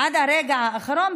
עד הרגע האחרון,